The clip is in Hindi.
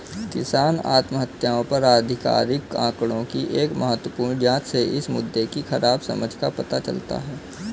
किसान आत्महत्याओं पर आधिकारिक आंकड़ों की एक महत्वपूर्ण जांच से इस मुद्दे की खराब समझ का पता चलता है